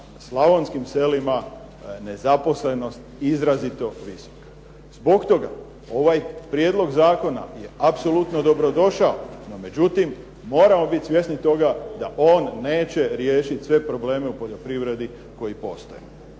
slavonskim selima nezaposlenost izrazito visoka. Zbog toga ovaj prijedlog zakona je apsolutno dobro došao, no međutim moramo biti svjesni toga da one neće riješiti sve probleme u poljoprivredi koji postoje.